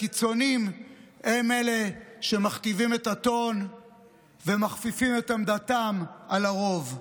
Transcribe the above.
הקיצוניים הם אלה שמכתיבים את הטון ואוכפים את עמדתם על הרוב.